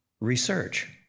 research